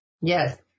Yes